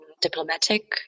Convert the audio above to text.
diplomatic